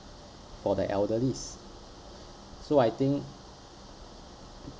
for the elderlies so I think